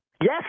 Yes